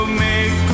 make